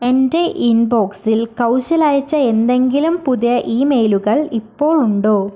എൻ്റെ ഇൻബോക്സിൽ കൗശൽ അയച്ച എന്തെങ്കിലും പുതിയ ഇമെയിലുകൾ ഇപ്പോൾ ഉണ്ടോ